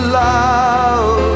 love